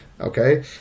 Okay